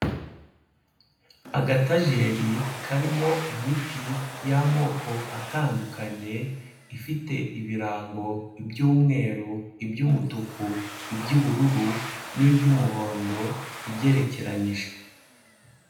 Agatajeri karimo imiti y'amoko atandukanye ifite ibirango, iby'umweru, iby'umutuku, iby'ubururu n'iby'umuhondo igerekeranyije.